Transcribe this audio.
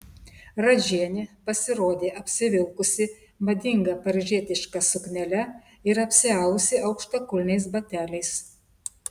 radžienė pasirodė apsivilkusi madinga paryžietiška suknele ir apsiavusi aukštakulniais bateliais